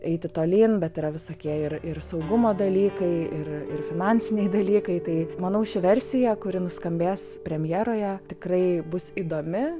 eiti tolyn bet yra visokie ir ir saugumo dalykai ir ir finansiniai dalykai tai manau ši versija kuri nuskambės premjeroje tikrai bus įdomi